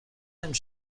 نمی